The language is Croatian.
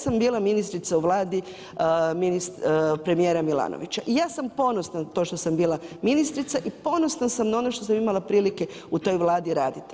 sam bila ministrica u Vladi premijera Milanovića, i ja sam ponosna na to što sam bila ministrica, i ponosna sam na ono što sam imala prilike u toj Vladi raditi.